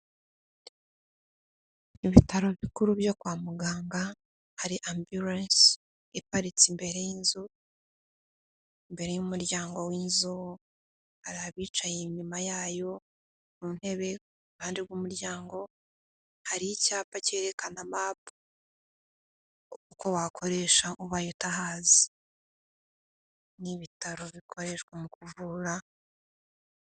Ibitaro bikuru byo kwa muganga hari ambulance iparitse imbere y'inzu imbere y'umuryango w'inzu hari abicaye inyuma yayo mu ntebe ku iruhande rw'umuryango hari icyapa cyerekana mapu uko wakoresha ubaye utahazi n'ibitaro bikoreshwa mu kuvura.